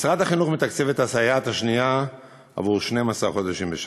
משרד החינוך מתקצב את הסייעת השנייה עבור 12 חודשים בשנה.